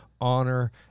honor